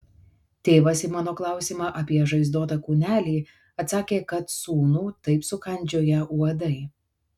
tėvas į mano klausimą apie žaizdotą kūnelį atsakė kad sūnų taip sukandžioję uodai